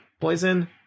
poison